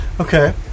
Okay